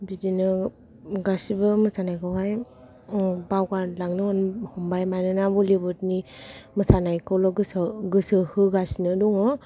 बिदिनो गासिबो मोसानायखौहाय बावगारलांनो हमबाय मानोना बलिउडनि मोसानायखौल' गोसो होगासिनो दङ